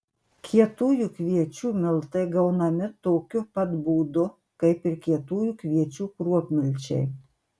kietųjų kviečių miltai gaunami tokiu pat būdu kaip ir kietųjų kviečių kruopmilčiai